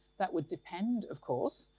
that would depend, of course,